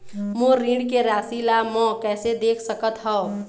मोर ऋण के राशि ला म कैसे देख सकत हव?